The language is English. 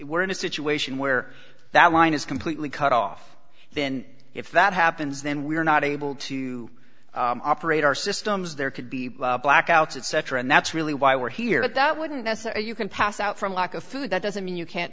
we're in a situation where that line is completely cut off then if that happens then we are not able to operate our systems there could be blackouts etc and that's really why we're here at that wouldn't necessarily you can pass out from lack of food that doesn't mean you can't